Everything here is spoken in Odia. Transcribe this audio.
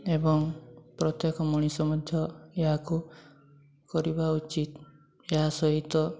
ଏବଂ ପ୍ରତ୍ୟେକ ମଣିଷ ମଧ୍ୟ ଏହାକୁ କରିବା ଉଚିତ୍ ଏହା ସହିତ